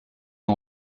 qui